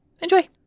Enjoy